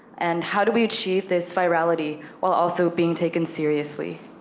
and how do we achieve this virality while also being taken seriously?